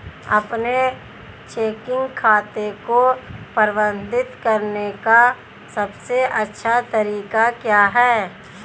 अपने चेकिंग खाते को प्रबंधित करने का सबसे अच्छा तरीका क्या है?